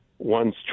one's